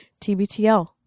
TBTL